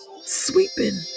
sweeping